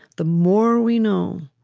the more we know